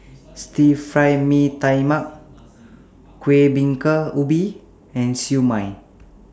Stir Fry Mee Tai Mak Kuih Bingka Ubi and Siew Mai